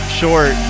short